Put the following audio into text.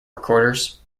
recorders